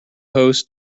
hosts